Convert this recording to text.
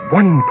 one